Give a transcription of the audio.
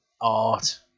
art